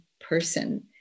person